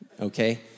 okay